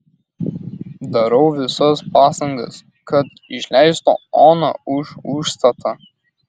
darau visas pastangas kad išleistų oną už užstatą